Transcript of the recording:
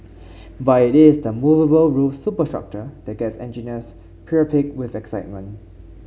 but it is the movable roof superstructure that gets engineers priapic with excitement